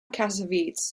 cassavetes